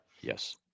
Yes